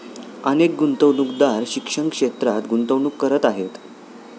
अनेक गुंतवणूकदार शिक्षण क्षेत्रात गुंतवणूक करत आहेत